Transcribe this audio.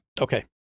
Okay